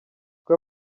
uko